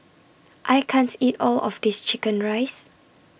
I can't eat All of This Chicken Rice